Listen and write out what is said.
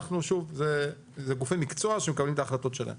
שוב, אלה גופי מקצוע שמקבלים את ההחלטות שלהם.